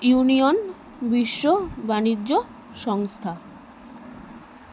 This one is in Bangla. ইউনিয়ন বিশ্ব বাণিজ্য সংস্থা